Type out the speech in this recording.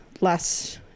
less